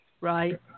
right